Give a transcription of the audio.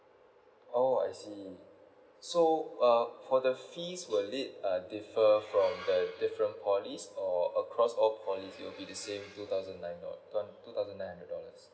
orh I see so uh for the fees will it uh defer from the different polys or across all polys it'll be the same two thousand nine dolla~ two hun~ two thousand nine hundred dollars